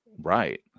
Right